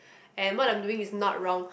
and what I'm doing is not wrong